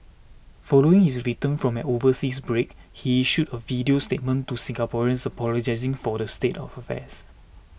following his return from an overseas break he issued a video statement to Singaporeans apologising for the state of affairs